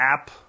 app –